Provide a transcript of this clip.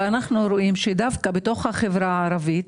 אבל אנחנו רואים שדווקא בתוך החברה הערבית